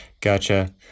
Gotcha